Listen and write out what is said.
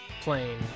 plain